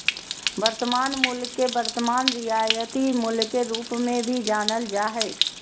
वर्तमान मूल्य के वर्तमान रियायती मूल्य के रूप मे भी जानल जा हय